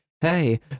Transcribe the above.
Hey